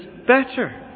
better